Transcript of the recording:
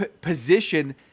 position